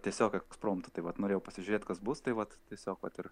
tiesiog ekspromtu tai vat norėjau pasižiūrėt kas bus tai vat tiesiog vat ir